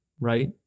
right